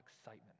excitement